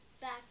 back